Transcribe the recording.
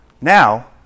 Now